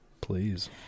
Please